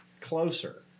Closer